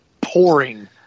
pouring